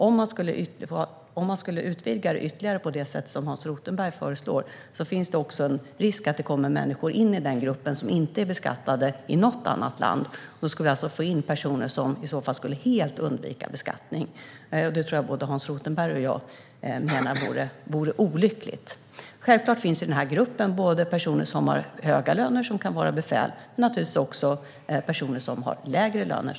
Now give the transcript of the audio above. Om man skulle utvidga det här undantaget ytterligare på det sätt som Hans Rothenberg föreslår finns det en risk att det kommer in människor i den gruppen som inte är beskattade i något annat land. Då skulle vi alltså få in personer som i så fall helt skulle undvika beskattning, vilket jag tror att både Hans Rothenberg och jag menar vore olyckligt. Självklart finns det i denna grupp både personer som har höga löner, exempelvis befäl, och personer som har lägre löner.